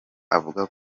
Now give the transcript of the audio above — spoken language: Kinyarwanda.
avuga